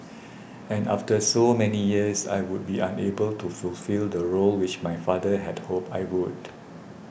and after so many years I would be unable to fulfil the role which my father had hoped I would